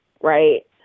right